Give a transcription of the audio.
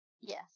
Yes